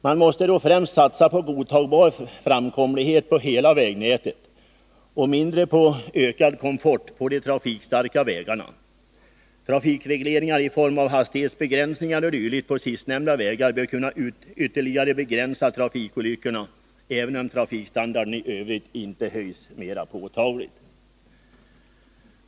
Man måste då främst satsa på godtagbar framkomlighet på hela vägnätet och mindre på ökad komfort på de trafikstarka vägarna. Trafikregleringar i form av hastighetsbegränsningar o.d. på sistnämnda vägar bör kunna ytterligare begränsa trafikolyckorna, även om trafikstandarden i övrigt inte höjs mer påtagligt.